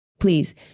Please